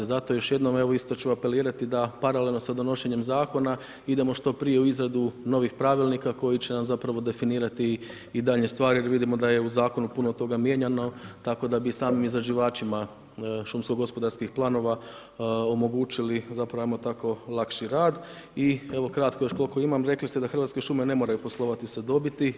Zato još jednom, evo isto ću apelirati da paralelno sa donošenjem zakona idemo što prije u izradu novih pravilnika koji će nam zapravo definirati i daljnje stvari, jer vidimo da je u zakonu puno toga mijenjano, tako da bi samim izrađivačima šumsko-gospodarskih planova omogućili zapravo hajmo tako lakši rad i evo kratko još koliko imam rekli ste da Hrvatske šume ne moraju poslovati sa dobiti.